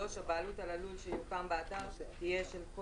הבעלות על הלול שיוקם באתר תהיה של כל